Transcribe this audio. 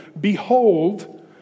Behold